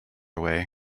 away